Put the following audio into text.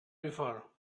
before